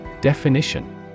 Definition